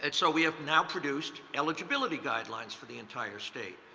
and so we have now produced eligibility guidelines for the entire state.